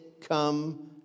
come